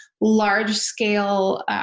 large-scale